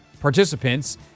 participants